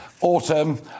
autumn